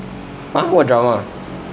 !huh! what drama